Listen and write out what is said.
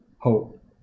Hope